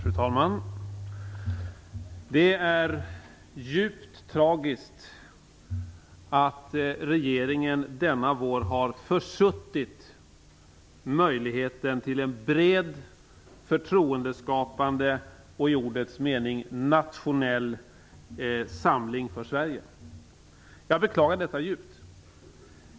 Fru talman! Det är djupt tragiskt att regeringen denna vår har försuttit möjligheten till en bred, förtroendeskapande och i ordets mening nationell samling för Sverige. Jag beklagar detta djupt.